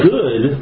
good